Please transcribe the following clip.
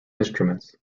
instruments